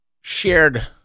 shared